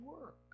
work